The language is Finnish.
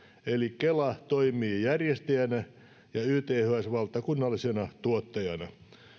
eli kela toimii järjestäjänä ja yths valtakunnallisena tuottajana